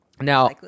now